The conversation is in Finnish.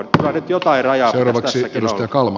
kyllä nyt jotain rajaa pitäisi tässäkin olla